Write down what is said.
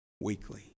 weekly